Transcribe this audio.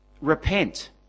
Repent